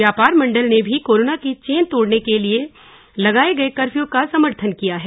व्यापार मंडल ने भी कोरोना की चेन तोड़ने के लिये लगाए गए कर्फ्यू का समर्थन किया है